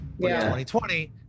2020